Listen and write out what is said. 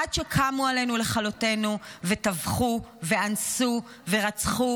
עד שקמו עלינו לכלותינו וטבחו ואנסו ורצחו